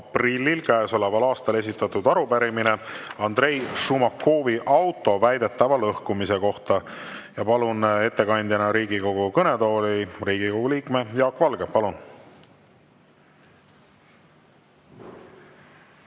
Jaak Valge. Palun!